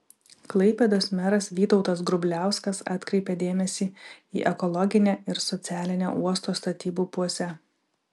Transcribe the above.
klaipėdos meras vytautas grubliauskas atkreipė dėmesį į ekologinę ir socialinę uosto statybų pusę